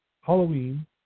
Halloween